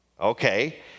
Okay